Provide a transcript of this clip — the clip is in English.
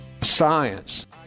Science